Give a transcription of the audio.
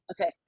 Okay